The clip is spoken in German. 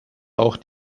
auch